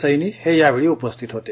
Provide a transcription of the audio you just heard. सैनी हे यावेळी उपस्थित होते